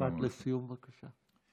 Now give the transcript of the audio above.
משפט לסיום, בבקשה.